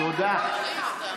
תודה.